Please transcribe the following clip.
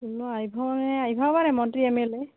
আইভােয়ে আইভা পাৰে মন্ত্ৰী এম এল এ